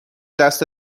دست